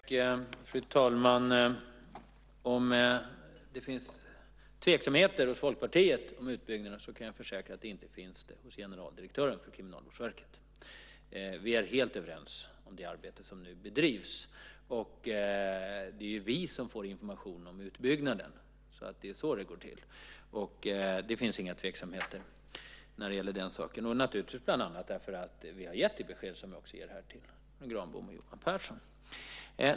Fru talman! Om det finns tveksamheter hos Folkpartiet om utbyggnaden kan jag försäkra att det inte finns hos generaldirektören för Kriminalvårdsverket. Vi är helt överens om det arbete som nu bedrivs. Det är ju vi som får information om utbyggnaden. Det är så det går till. Det finns inga tveksamheter när det gäller den saken, bland annat därför att vi har gett det besked som vi här också ger till Karin Granbom och Johan Pehrson.